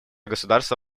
государства